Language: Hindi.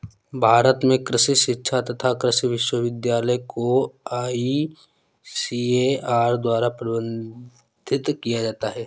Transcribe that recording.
भारत में कृषि शिक्षा तथा कृषि विश्वविद्यालय को आईसीएआर द्वारा प्रबंधित किया जाता है